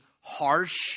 harsh